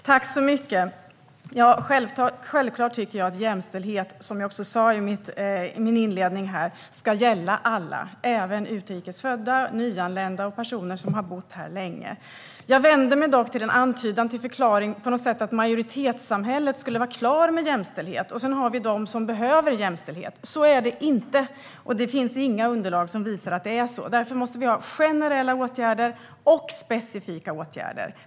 Herr talman! Jämställdhet ska självklart gälla alla, vilket jag också sa i min inledning - även utrikes födda, nyanlända och personer som har bott här länge. Jag vänder mig dock mot antydan om att förklaringen skulle vara att majoritetssamhället skulle vara klart när det gäller jämställdhet, men att det skulle finnas andra som behöver jämställdhet. Så är det inte! Det finns inga underlag som visar att det skulle vara på det sättet. Därför måste vi ha generella åtgärder och specifika åtgärder.